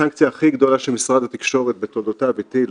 הסנקציה הכי גדולה שמשרד התקשורת בתולדותיו הטיל,